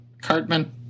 Cartman